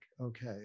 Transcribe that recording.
okay